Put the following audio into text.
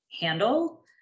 handle